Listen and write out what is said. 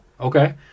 okay